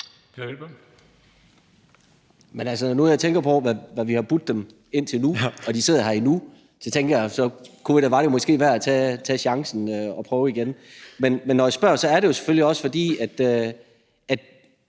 Men når man tænker på, hvad vi har budt dem indtil nu, og at de sidder her endnu, så tænkte jeg, at det måske kunne være værd at tage chancen og prøve igen. Men når jeg spørger, er det selvfølgelig også, fordi jeg